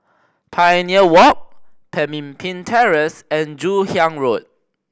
Pioneer Walk Pemimpin Terrace and Joon Hiang Road